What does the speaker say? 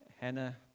Hannah